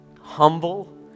humble